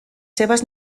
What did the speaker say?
seves